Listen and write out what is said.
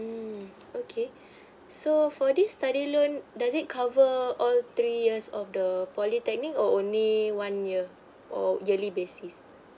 mm okay so for this study loan does it cover all three years of the polytechnic or only one year or yearly basis